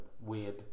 Weird